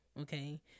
okay